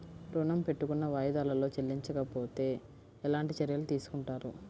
ఋణము పెట్టుకున్న వాయిదాలలో చెల్లించకపోతే ఎలాంటి చర్యలు తీసుకుంటారు?